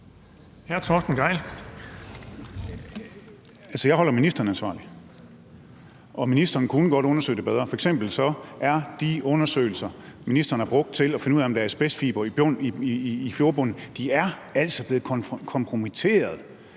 jeg holder ministeren ansvarlig, og ministeren kunne godt undersøge det bedre. F.eks. er de undersøgelser, ministeren har brugt til at finde ud af, om der er asbestfibre i fjordbunden, altså blevet kompromitteret